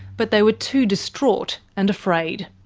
but they were too distraught and afraid.